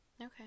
Okay